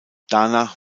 danach